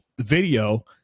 Video